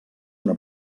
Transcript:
una